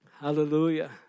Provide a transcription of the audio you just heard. Hallelujah